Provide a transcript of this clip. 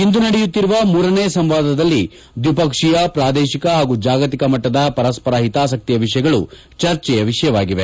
ಇಂದು ನಡೆಯುತ್ತಿರುವ ಮೂರನೇ ಸಂವಾದದಲ್ಲಿ ದ್ವಿಪಕ್ಷೀಯ ಪ್ರಾದೇಶಿಕ ಹಾಗೂ ಜಾಗತಿಕ ಮಟ್ಟದ ಪರಸ್ವರ ಹಿತಾಸಕ್ತಿಯ ವಿಷಯಗಳು ಚರ್ಚೆಯ ವಿಷಯವಾಗಿವೆ